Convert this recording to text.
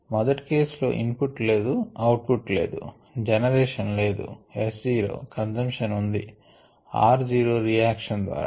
మొదటి కేస్ లో input లేదు అవుట్ పుట్ లేదు జెనరేషన్ లేదు S zero కన్సంషన్ ఉంది r జీరో రియాక్షన్ ద్వారా